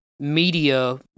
media